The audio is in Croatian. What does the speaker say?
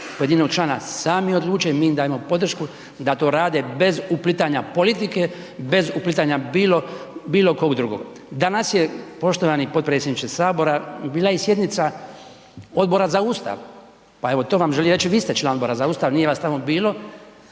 pojedinog člana sami odluče, mi im dajemo podršku da to rade bez uplitanja politike, bez uplitanja bilo kog drugog. Danas je poštovani potpredsjedniče sabora bila i sjednica Odbora za Ustav, pa evo to vam želim reći, vi ste član Odbora za Ustav, nije vas tamo bilo